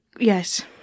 Yes